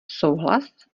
souhlas